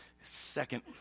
second